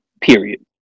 Period